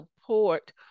support